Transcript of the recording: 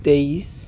तेईस